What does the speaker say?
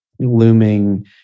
Looming